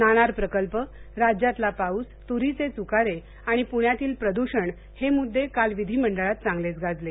नाणार प्रकल्प राज्यातला पाऊस तुरीचे चुकारे आणि पुण्यातील प्रदूषण हे मुद्दे काल विधिमंडळात चांगलेच गाजले